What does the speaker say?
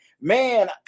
man